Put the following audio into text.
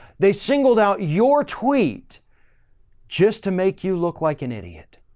they singled out your tweet just to make you look like an idiot.